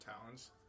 talents